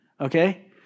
Okay